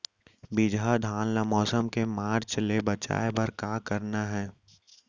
बिजहा धान ला मौसम के मार्च ले बचाए बर का करना है?